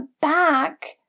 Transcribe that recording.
back